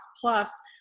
plus